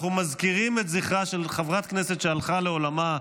אנחנו מזכירים את זכרה של חברת כנסת שהלכה לעולמה.